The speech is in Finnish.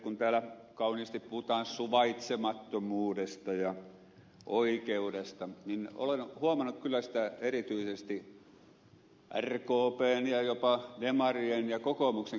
kun täällä kauniisti puhutaan suvaitsemattomuudesta ja oikeudesta niin olen huomannut kyllä sitä erityisesti rkpn ja jopa demarien ja kokoomuksenkin riveissä